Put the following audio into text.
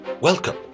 Welcome